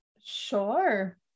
Sure